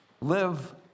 live